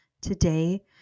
Today